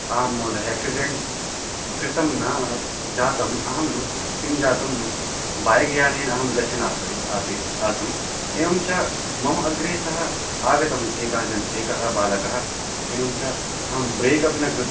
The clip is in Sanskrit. आं महोदय आक्सिडेण्ट् कृतं न अस् जातम् अहं किं जातं बैग्यानेन अहं गच्छन् आसीत् आसीत् आसम् एवं च मम अग्रे सः आगतः एकः जनः एकः बालकः एवं च अहं ब्रेक् अपि न कृ